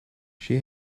she